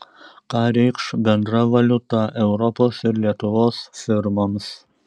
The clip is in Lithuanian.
ką reikš bendra valiuta europos ir lietuvos firmoms